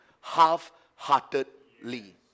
half-heartedly